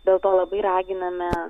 dėl to labai raginame